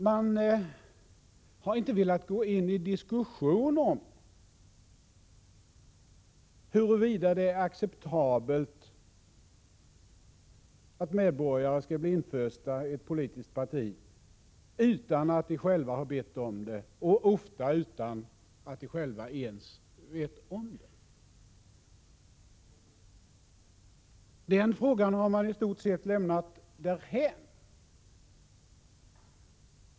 Man har inte velat gå in i diskussion om huruvida det är acceptabelt att medborgare skall bli infösta i ett politiskt parti utan att de själva bett om det och ofta utan att de själva ens vet om det. Den frågan har man i stort sett lämnat därhän.